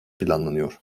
planlanıyor